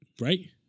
Right